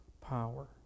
power